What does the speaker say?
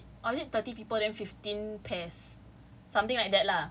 I think it's thirty pax or is it or is it thirty people then fifteen pairs